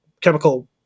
chemical